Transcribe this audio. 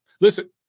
Listen